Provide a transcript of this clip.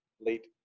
late